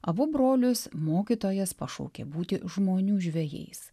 abu brolius mokytojas pašaukė būti žmonių žvejais